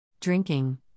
Drinking